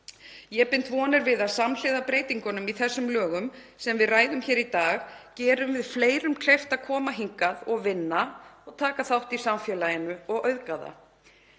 Ég bind vonir við að samhliða breytingunum í þessum lögum, sem við ræðum hér í dag, gerum við fleirum kleift að koma hingað og vinna og taka þátt í samfélaginu og auðga